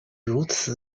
如此